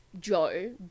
Joe